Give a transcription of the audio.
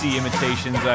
imitations